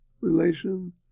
relation